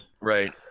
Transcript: Right